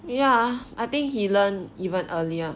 ya I think he learn even earlier